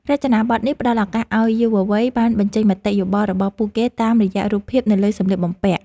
រចនាប័ទ្មនេះផ្តល់ឱកាសឱ្យយុវវ័យបានបញ្ចេញមតិយោបល់របស់ពួកគេតាមរយៈរូបភាពនៅលើសម្លៀកបំពាក់។